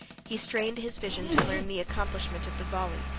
he strained his vision to learn the accomplishment of the volley,